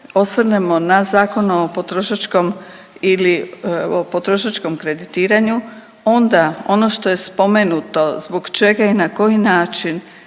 osvrnemo na zakon o potrošačkom ili potrošačkom kreditiranju, onda ono što je spomenuto zbog čega i na koji način